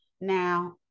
Now